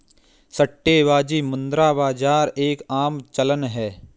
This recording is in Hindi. सट्टेबाजी मुद्रा बाजार का एक आम चलन है